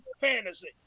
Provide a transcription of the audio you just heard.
fantasy